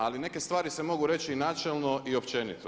Ali neke stvari se mogu reći i načelno i općenito.